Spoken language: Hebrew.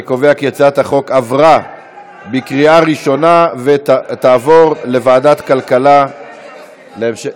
אני קובע כי הצעת החוק עברה בקריאה ראשונה ותעבור לוועדת הכלכלה להמשך,